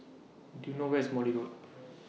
Do YOU know Where IS Morley Road